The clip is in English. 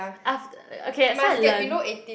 after~ okay so I learn